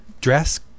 dress